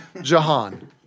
Jahan